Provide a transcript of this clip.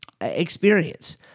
experience